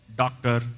doctor